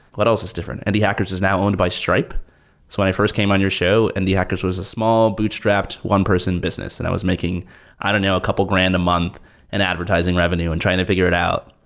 what else is different? indie hackers is now owned by stripe. so when i first came on your show, and indie hackers was a small bootstrapped one-person business and i was making i don't know, a couple grand a month in and advertising revenue and trying to figure it out.